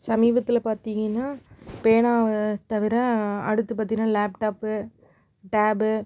சமீபத்தில் பார்த்திங்கன்னா பேனாவை தவிர அடுத்து பார்த்திங்கனா லேப்டாப்பு டேபு